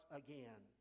again